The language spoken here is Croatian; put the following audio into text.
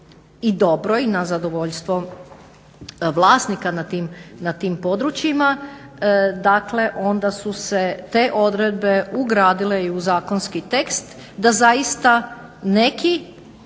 i dobro i na zadovoljstvo vlasnika na tim područjima. Dakle, onda su se te odredbe ugradile i u zakonski tekst da zaista neki